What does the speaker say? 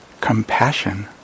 Compassion